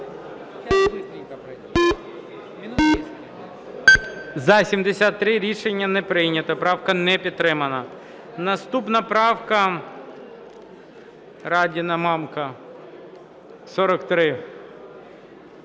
За-73 Рішення не прийнято. Правка не підтримана. Наступна правка, Радіна, Мамка, 43.